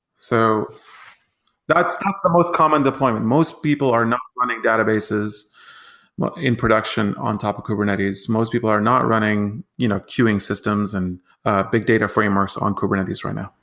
so that's that's the most common deployment. most people are not running databases in production on top of kubernetes. most people are not running you know queuing systems and big data frameworks on kubernetes right now.